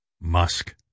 Musk